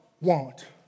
want